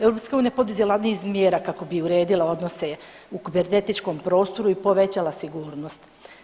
EU je poduzela niz mjera kako bi uredila odnose u kibernetičkom prostoru i poveća sigurnost.